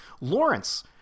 Lawrence